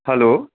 hello